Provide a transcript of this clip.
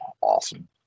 Awesome